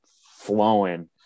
flowing